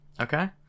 Okay